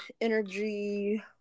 energy